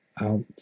out